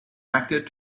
acted